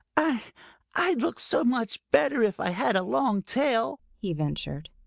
i i'd look so much better if i had a long tail, he ventured.